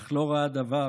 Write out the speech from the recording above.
אך לא ראה דבר,